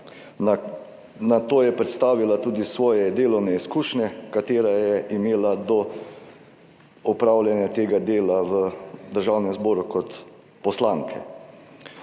Nato je predstavila tudi svoje delovne izkušnje, katere je imela do opravljanja tega dela v Državnem zboru, kot poslanke.